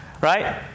right